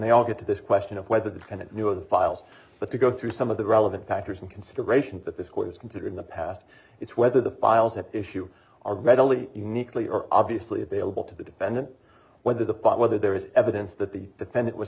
they all get to this question of whether the senate knew of the files but they go through some of the relevant factors in consideration that this court is considering the past it's whether the files at issue are readily uniquely or obviously available to the defendant whether the pot whether there is evidence that the defendant was